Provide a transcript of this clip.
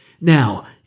Now